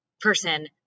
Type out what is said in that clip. person